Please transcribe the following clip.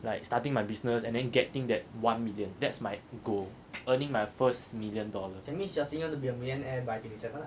like starting my business and then getting that one million that's my goal earning my first million dollar